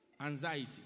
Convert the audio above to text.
anxiety